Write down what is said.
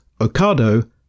Ocado